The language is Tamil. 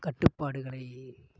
கட்டுப்பாடுகளைத்